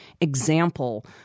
example